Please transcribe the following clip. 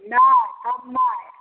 नहि कम नहि